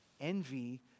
Envy